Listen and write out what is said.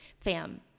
FAM